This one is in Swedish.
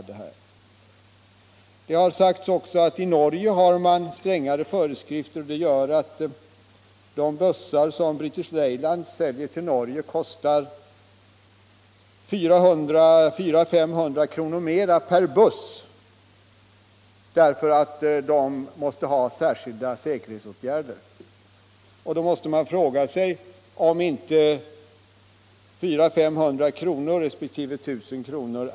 Det har också sagts att man i Norge har strängare säkerhetsföreskrifter. Det gör att de bussar som British Leyland säljer till Norge kostar 400 å 500 kr. mer än bussar som säljs till Sverige, därför att de norska bussarna måste ha särskilda säkerhetsutrustningar. Man måste fråga sig om inte 400 å 500 kr. resp. 1 000 kr.